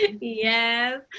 yes